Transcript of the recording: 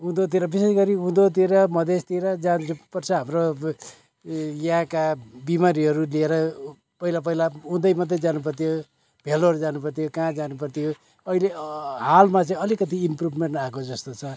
उँधोतिर विशेष गरी उँधोतिर मधेसतिर जानु पर्छ हाम्रो यहाँका बिमारीहरू लिएर पहिला पहिला उँधै मात्रै जानुपर्थ्यो भेलोर जानु पर्थ्यो कहाँ जानु पर्थ्यो अहिले हालमा चाहिँ अलिकति इम्प्रोभमेन्ट आएको जस्तो छ